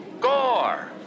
Gore